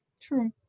True